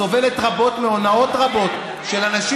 סובלת רבות מהונאות רבות של אנשים.